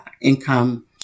income